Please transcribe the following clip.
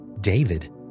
David